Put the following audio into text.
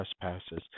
trespasses